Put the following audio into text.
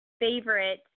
favorite